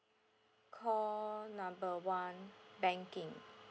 call number one banking